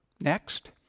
Next